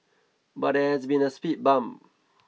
but there has been a speed bump